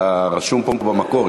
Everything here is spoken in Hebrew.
אתה רשום פה במקור.